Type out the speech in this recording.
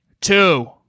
Two